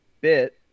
bit